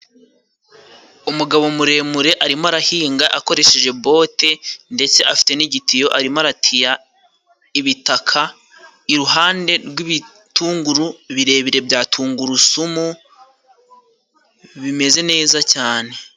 Umugabo muremure arimo arahinga akoresheje bote ndetse afite n'igitiyo arimo aratiya ibitaka iruhande rw'ibitunguru birebire bya tungurusumu, bimeze neza cyane.